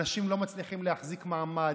אנשים לא מצליחים להחזיק מעמד,